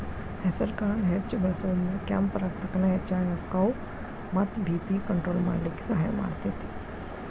ಹೆಸರಕಾಳನ್ನ ಹೆಚ್ಚ್ ಬಳಸೋದ್ರಿಂದ ಕೆಂಪ್ ರಕ್ತಕಣ ಹೆಚ್ಚಗಿ ಅಕ್ಕಾವ ಮತ್ತ ಬಿ.ಪಿ ಕಂಟ್ರೋಲ್ ಮಾಡ್ಲಿಕ್ಕೆ ಸಹಾಯ ಮಾಡ್ತೆತಿ